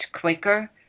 quicker